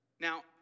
Now